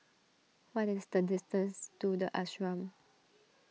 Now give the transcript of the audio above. what is the distance to the Ashram